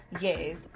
Yes